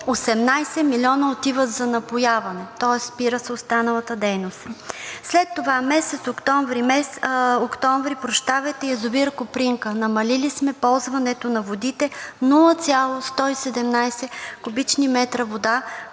18 милиона отиват за напояване, тоест спира се останалата дейност. След това, месец октомври на язовир „Копринка“ сме намалили ползването на водите – 0,117 куб. м вода,